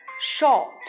short